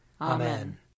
Amen